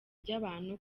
by’abantu